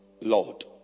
Lord